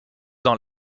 dans